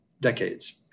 decades